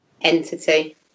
entity